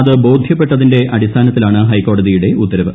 അത് ബോധ്യപ്പെട്ടതിന്റെ അടിസ്ഥാനത്തിലാണ് ഹൈക്കോടതിയുടെ ഉത്തരവ്